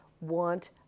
want